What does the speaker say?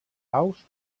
aus